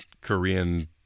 Korean